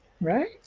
right